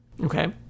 okay